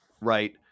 right